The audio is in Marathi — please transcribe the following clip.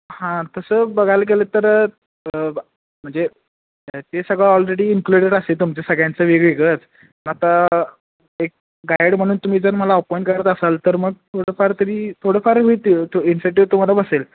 हां तसं बघायला गेलं तर म्हणजे ते सगळं ऑलरेडी इन्क्लुडेड असे तुम सगळ्यांचं वेगवेगळंच आता एक गाईड म्हणून तुम्ही जर मला अपॉईंट करत असाल तर मग थोडंफार तरी थोडंफार होईल ते तो इन्सेंटिव तुम्हाला बसेल